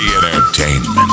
Entertainment